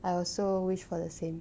I also wish for the same